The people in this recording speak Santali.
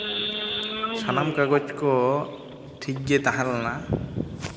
ᱥᱟᱱᱟᱢ ᱠᱟᱜᱚᱡᱽ ᱠᱚ ᱴᱷᱤᱠ ᱜᱮ ᱛᱟᱦᱮᱸ ᱞᱮᱱᱟ